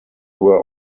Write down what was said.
were